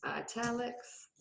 italics.